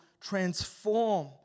transform